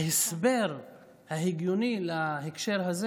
ההסבר ההגיוני להקשר הזה